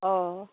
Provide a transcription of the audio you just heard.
অঁ